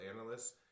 analysts